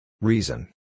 Reason